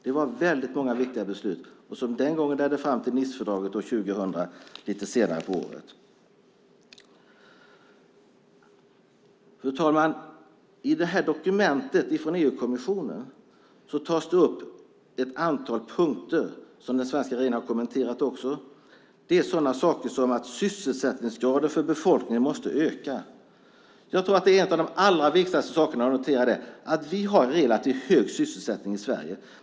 Det var många viktiga beslut som den gången ledde fram till Nicefördraget år 2000 lite senare på året. Fru talman! I detta dokument från EU-kommissionen tas det upp ett antal punkter som också den svenska regeringen har kommenterat. Det är sådana saker som att sysselsättningsgraden för befolkningen måste öka. En av de allra viktigaste sakerna att notera är att vi har relativt hög sysselsättning i Sverige.